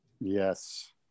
Yes